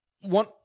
one